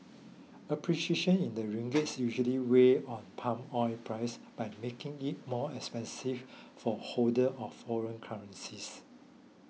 appreciation in the ringgit usually weighs on palm oil prices by making it more expensive for holders of foreign currencies